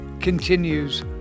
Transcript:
continues